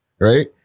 right